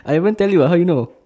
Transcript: I haven't tell you how you know